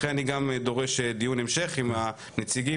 לכן אני גם דורש דיון המשך עם הנציגים,